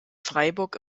freiburg